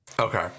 Okay